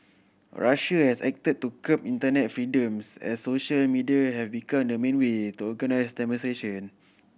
Russia has acted to curb internet freedoms as social media have become the main way to organise demonstration